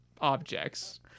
objects